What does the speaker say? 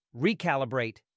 recalibrate